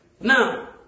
Now